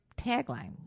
tagline